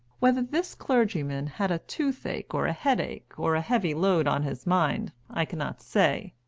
whether this clergyman had a toothache, or a headache, or a heavy load on his mind, i cannot say,